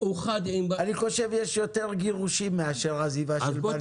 אני חושב שיש יותר גירושים מאשר עזיבה של בנק,